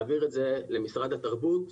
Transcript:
למשרד התרבות,